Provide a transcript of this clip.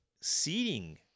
seating